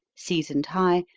seasoned high,